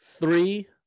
Three